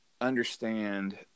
understand